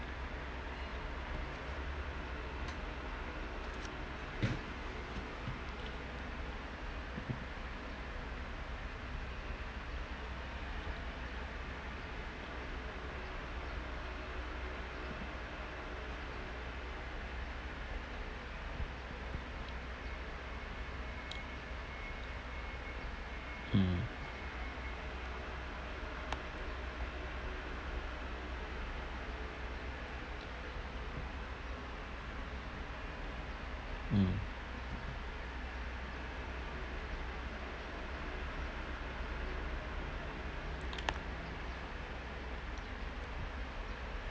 mm mm